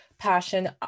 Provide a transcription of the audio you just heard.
Passion